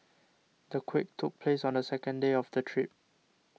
the quake took place on the second day of the trip